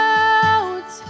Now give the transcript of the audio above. out